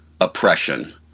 oppression